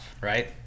right